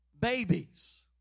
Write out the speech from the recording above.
babies